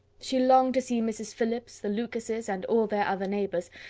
she longed to see mrs. phillips, the lucases, and all their other neighbours,